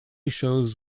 shows